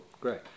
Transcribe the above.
great